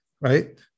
Right